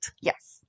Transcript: Yes